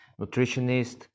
nutritionist